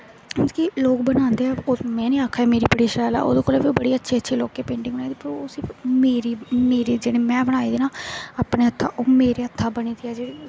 मतलब कि लोग बनांदे ऐं पर में निं आक्खा दी मेरी बड़ी शैल ऐ ओह्दे कोला दा बड़ी अच्छी अच्छी लोकें पेंटिंग बनाई दी पर उसी मेरी जेह्ड़ी में बनाई दी ना अपने हत्थें ओह् मेरे हत्थें बनी दी ऐ